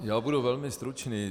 Já budu velmi stručný.